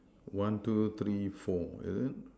one two three four is it